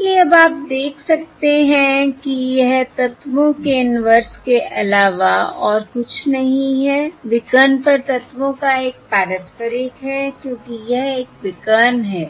और इसलिए अब आप देख सकते हैं कि यह तत्वों के इनवर्स के अलावा और कुछ नहीं है विकर्ण पर तत्वों का एक पारस्परिक है क्योंकि यह एक विकर्ण है